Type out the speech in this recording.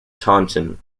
taunton